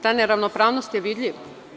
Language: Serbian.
Ta neravnopravnost je vidljiva.